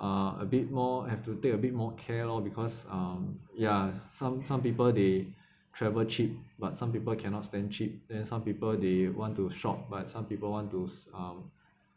uh a bit more have to take a bit more care lor because um ya some some people they travel cheap but some people cannot stand cheap then some people they want to shop but some people want to um